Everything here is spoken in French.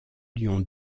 lions